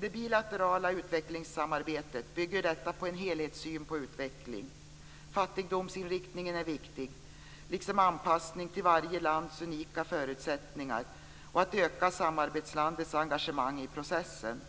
Det bilaterala utvecklingssamarbetet bygger på en helhetssyn på utveckling. Fattigdomsinriktningen är viktig liksom anpassning till varje lands unika förutsättningar och att öka samarbetslandets engagemang i processen.